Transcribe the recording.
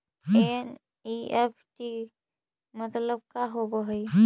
NEFT मतलब का होब हई?